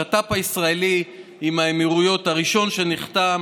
השת"פ הישראלי עם האמירויות הראשון שנחתם